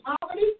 poverty